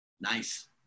Nice